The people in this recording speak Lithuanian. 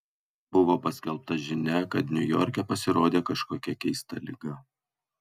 buvo paskelbta žinia kad niujorke pasirodė kažkokia keista liga